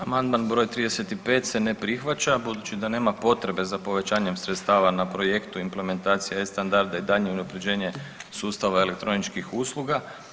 Amandman broj 35. se ne prihvaća budući da nema potrebe za povećanjem sredstava na projektu implementacije e-standarda i daljnje unapređenje sustava elektroničkih usluga.